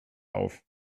auf